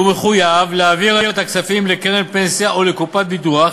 והוא מחויב להעביר את הכספים לקרן פנסיה או לקופת ביטוח.